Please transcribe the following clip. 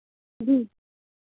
जी